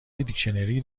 دیکشنری